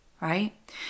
right